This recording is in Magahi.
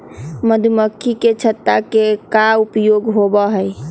मधुमक्खी के छत्ता के का उपयोग होबा हई?